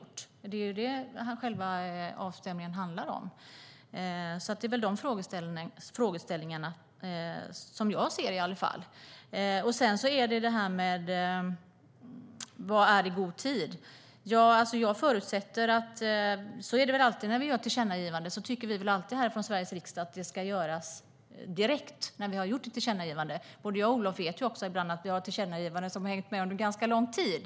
Det är detta som själva avstämningen handlar om. Det är alltså dessa frågeställningar som jag ser. Vad är i god tid? När vi gör ett tillkännagivande här i Sveriges riksdag tycker vi väl alltid att det ska åtgärdas direkt. Både jag och Olof Lavesson vet att vi ibland har tillkännagivanden som har hängt med under ganska lång tid.